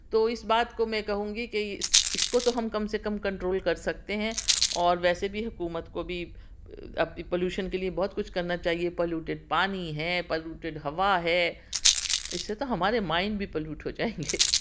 تو اس بات کو میں کہوں گی کہ اس اس کو تو ہم کم سے کم کنٹرول کر سکتے ہیں اور ویسے بھی حکومت کو بھی پولیوشن کے لیے بہت کچھ کرنا چاہیے پولیوٹیڈ پانی ہے پولیوٹیڈ ہَوا ہے اس سے تو ہمارے مائنڈ بھی پولیوٹ ہو جایئں گے